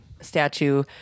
statue